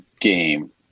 game